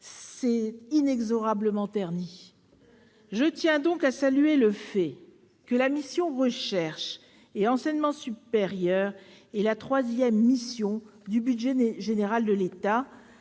s'est inexorablement terni. Je tiens donc à saluer le fait que la mission « Recherche et enseignement supérieur » est la troisième mission du budget général de l'État,